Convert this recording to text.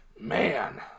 Man